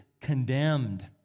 condemned